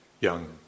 young